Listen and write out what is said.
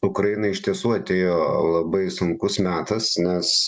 ukrainai iš tiesų atėjo labai sunkus metas nes